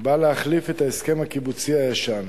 בא להחליף את ההסכם הקיבוצי הישן,